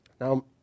Now